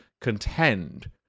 contend